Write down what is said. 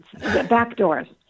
Backdoors